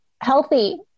healthy